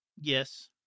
Yes